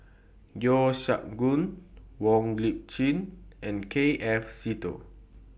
Yeo Siak Goon Wong Lip Chin and K F Seetoh